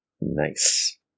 Nice